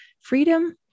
freedom